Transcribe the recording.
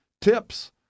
tips